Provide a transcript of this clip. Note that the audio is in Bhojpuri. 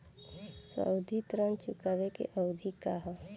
सावधि ऋण चुकावे के अवधि का ह?